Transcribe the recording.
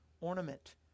ornament